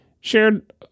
shared